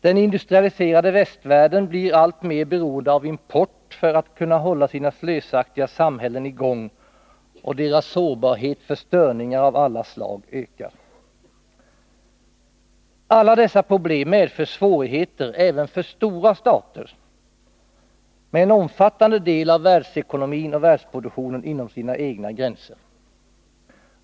Den industrialiserade västvärlden blir alltmer beroende av import för att kunna hålla sina slösaktiga samhällen i gång, och dessas sårbarhet för störningar av alla slag ökar. Alla dessa problem medför svårigheter även för stora stater, med en omfattande del av världsekonomin och världsproduktionen inom sina egna gränser.